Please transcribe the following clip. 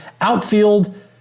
Outfield